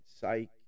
psych